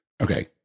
Okay